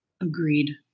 Agreed